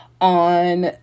on